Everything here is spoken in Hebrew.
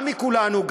גם מכולנו,